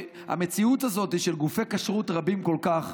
שהמציאות הזאת של גופי כשרות רבים כל כך